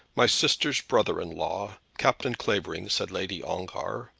my sister's brother-in-law, captain clavering, said lady ongar.